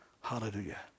Hallelujah